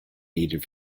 needed